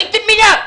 הייתם מייד,